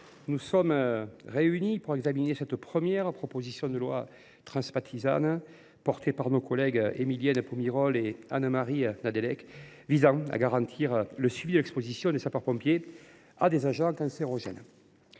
chers collègues, nous examinons aujourd’hui la proposition de loi transpartisane, portée par nos collègues Émilienne Poumirol et Anne Marie Nédélec, visant à garantir le suivi de l’exposition des sapeurs pompiers à des agents cancérogènes,